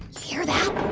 hear that?